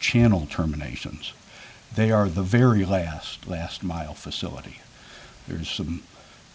channel terminations they are the very last last mile facility there is some